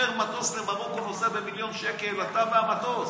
שוכר מטוס למרוקו ונוסע במיליון שקל, אתה והמטוס?